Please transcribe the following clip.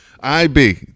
IB